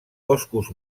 boscos